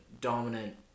dominant